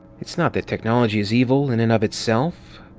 it's not that technology is evil in and of itself.